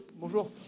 Bonjour